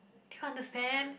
can you understand